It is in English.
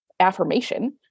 Affirmation